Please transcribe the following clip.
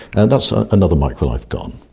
and so another micro-life gone.